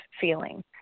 feeling